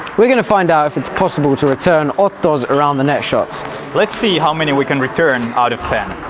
we are going to find out if it's possible to return otto's around the net shots let's see how many we can return out of ten!